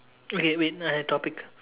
okay wait I have topic